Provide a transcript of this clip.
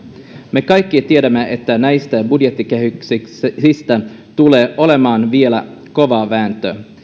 me kaikki tiedämme että näistä budjettikehyksistä tulee olemaan vielä kova vääntö